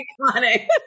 iconic